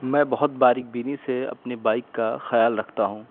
میں بہت باریک بینی سے اپنی بائک کا خیال رکھتا ہوں